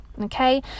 okay